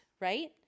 right